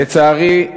לצערי,